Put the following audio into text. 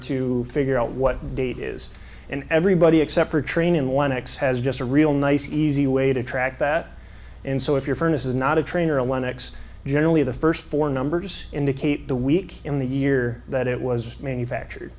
to figure out what date is and everybody except for training one x has just a real nice easy way to track that in so if your furnace is not a train or a linux generally the first four numbers indicate the week in the year that it was manufactured